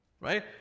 right